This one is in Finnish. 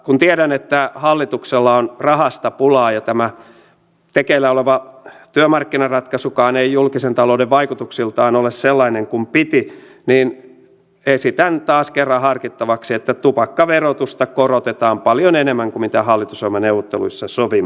kun tiedän että hallituksella on rahasta pulaa ja tämä tekeillä oleva työmarkkinaratkaisukaan ei julkisen talouden vaikutuksiltaan ole sellainen kuin piti niin esitän taas kerran harkittavaksi että tupakkaverotusta korotetaan paljon enemmän kuin hallitusohjelmaneuvotteluissa sovimme